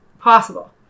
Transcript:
possible